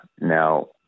Now